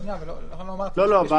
לא,